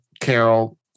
Carol